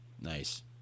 Nice